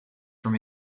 from